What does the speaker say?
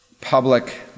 public